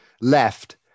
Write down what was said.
left